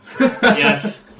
Yes